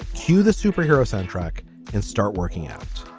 cue the superhero soundtrack and start working out.